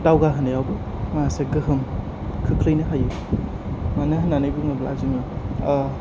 दावगाहोनायावबो माखासे गोगोम खोख्लैहोनो हायो मानो होननानै बुङोब्ला जोङो